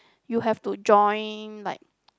you have to join like